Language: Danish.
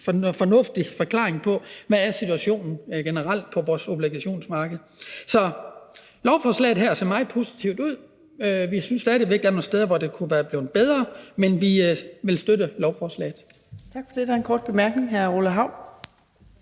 fornuftig forklaring på, hvad situationen generelt er på vores obligationsmarked. Så lovforslaget her ser meget positivt ud. Vi synes stadig væk, der er nogle steder, hvor det kunne være blevet bedre, men vi vil støtte lovforslaget.